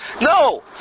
No